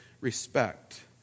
respect